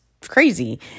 crazy